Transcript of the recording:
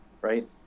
right